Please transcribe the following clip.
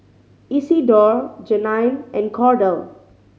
Isidore Jeannine and Cordell